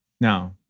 Now